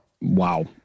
wow